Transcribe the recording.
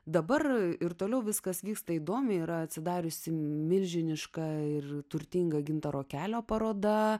dabar ir toliau viskas vyksta įdomiai yra atsidariusi milžiniška ir turtinga gintaro kelio paroda